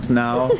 no,